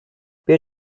peer